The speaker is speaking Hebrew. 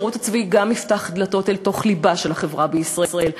השירות הצבאי גם יפתח דלתות אל תוך לבה של החברה בישראל,